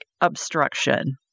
obstruction